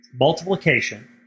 multiplication